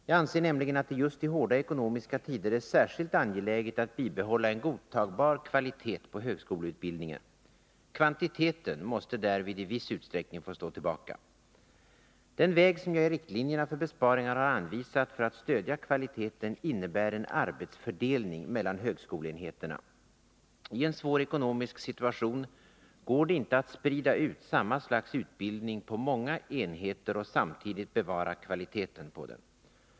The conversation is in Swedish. Jag anser nämligen att det just i hårda ekonomiska tider är särskilt angeläget att bibehålla en godtagbar kvalitet på högskoleutbildningen; kvantiteten måste därvid i viss utsträckning få stå tillbaka. Den väg som jag i riktlinjerna för besparingar har anvisat för att stödja kvaliteten innebär en arbetsfördelning mellan högskoleenheterna. I en svår ekonomisk situation går det inte att sprida ut samma slags utbildning på många enheter och samtidigt bevara kvaliteten på den.